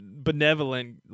benevolent